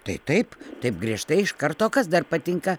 tai taip taip griežtai iš karto kas dar patinka